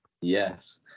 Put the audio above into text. Yes